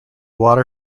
water